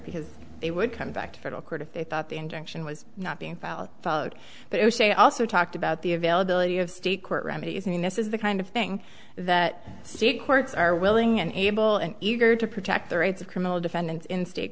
because they would come back to federal court if they thought the injunction was not being followed but you say also talked about the availability of state court remedies i mean this is the kind of thing that state courts are willing and able and eager to protect the rights of criminal defendants in state